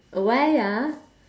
oh why ah